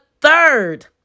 third